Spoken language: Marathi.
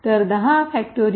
तर 10